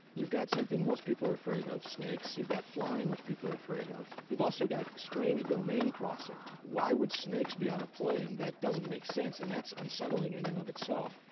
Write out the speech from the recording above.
you've got something most people are afraid of snakes you've got flying, which people are afraid of. you've also got strange domain crossing. why would snakes be on a plane? that doesn't make sense. and that's unsettling in and of itself.